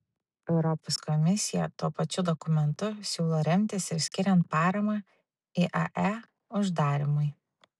europos komisija tuo pačiu dokumentu siūlo remtis ir skiriant paramą iae uždarymui